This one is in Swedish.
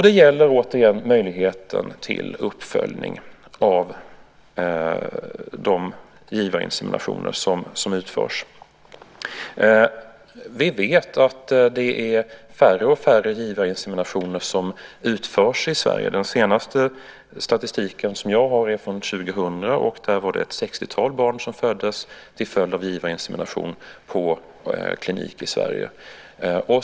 Det gäller återigen möjligheten till uppföljning av de givarinseminationer som utförs. Vi vet att det är färre och färre givarinseminationer som utförs i Sverige. Den senaste statistiken som jag har är från 2000, och där var det ett 60-tal barn som föddes till följd av givarinsemination på kliniker i Sverige.